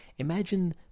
Imagine